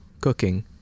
cooking